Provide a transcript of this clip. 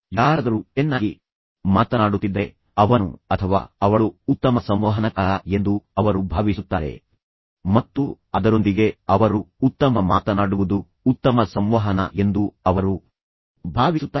ಯಾರಾದರೂ ಚೆನ್ನಾಗಿ ಮಾತನಾಡುತ್ತಿದ್ದರೆ ಅವನು ಅಥವಾ ಅವಳು ಉತ್ತಮ ಸಂವಹನಕಾರ ಎಂದು ಅವರು ಭಾವಿಸುತ್ತಾರೆ ಮತ್ತು ಅದರೊಂದಿಗೆ ಅವರು ಉತ್ತಮ ಮಾತನಾಡುವುದು ಉತ್ತಮ ಸಂವಹನ ಎಂದು ಅವರು ಭಾವಿಸುತ್ತಾರೆ